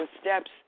steps